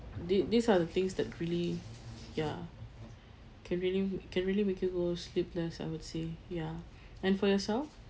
the~ these are the things that really ya can really can really make you go sleepless I would say ya and for yourself